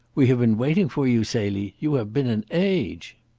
we have been waiting for you, celie. you have been an age.